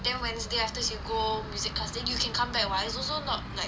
then wednesday afterwards you go music class then you can come back [what] it's also not like